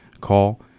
call